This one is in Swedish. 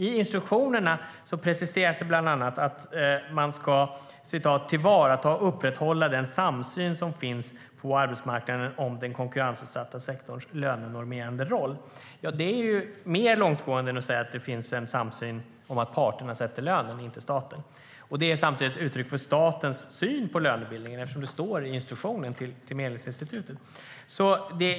I instruktionerna preciseras det bland annat att man ska "tillvarata och upprätthålla den samsyn som finns på arbetsmarknaden om den konkurrensutsatta sektorns lönenormerande roll". Det är mer långtgående än att säga att det finns en samsyn om att parterna, och inte staten, sätter lönen. Det är samtidigt ett uttryck för statens syn på lönebildningen eftersom det står i instruktionen till Medlingsinstitutet.